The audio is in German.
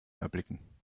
erblicken